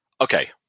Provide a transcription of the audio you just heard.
Okay